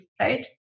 right